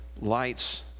lights